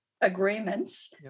agreements